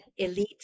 elites